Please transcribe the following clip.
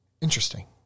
Interesting